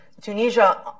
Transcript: Tunisia